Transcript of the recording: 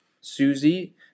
Susie